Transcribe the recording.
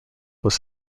was